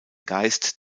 geist